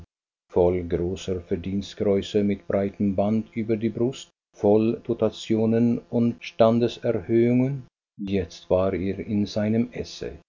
voll großer verdienstkreuze mit breitem band über die brust voll dotationen und standeserhöhungen jetzt war er in seinem esse